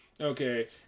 okay